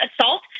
assault